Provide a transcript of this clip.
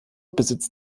besitzt